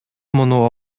муну